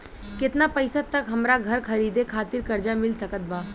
केतना पईसा तक हमरा घर खरीदे खातिर कर्जा मिल सकत बा?